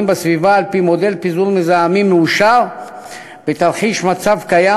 בסביבה על-פי מודל פיזור מזהמים מאושר בתרחיש מצב קיים,